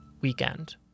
weekend